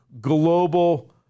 global